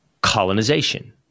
colonization